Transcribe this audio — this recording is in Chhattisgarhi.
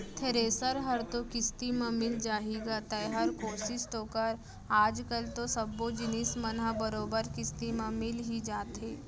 थेरेसर हर तो किस्ती म मिल जाही गा तैंहर कोसिस तो कर आज कल तो सब्बो जिनिस मन ह बरोबर किस्ती म मिल ही जाथे